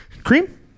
Cream